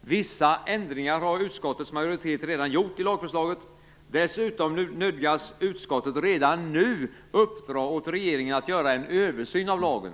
Vissa ändringar har utskottets majoritet redan gjort i lagförslaget. Dessutom nödgas utskottet redan nu uppdra åt regeringen att göra en översyn av denna lag,